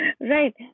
Right